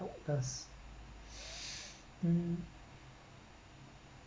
mm